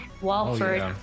Walford